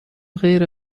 غیر